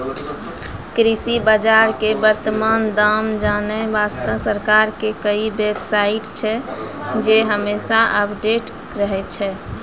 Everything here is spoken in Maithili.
कृषि बाजार के वर्तमान दाम जानै वास्तॅ सरकार के कई बेव साइट छै जे हमेशा अपडेट रहै छै